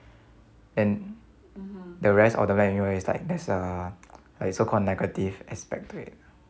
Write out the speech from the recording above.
and the rest of the it's like there's a like so called negative aspect to it